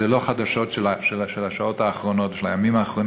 זה לא חדשות של השעות האחרונות או של הימים האחרונים